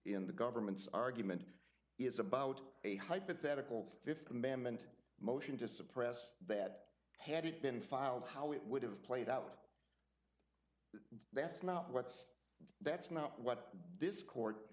in the government's argument is about a hypothetical fifth amendment motion to suppress that had it been filed how it would have played out that's not what's that's not what this court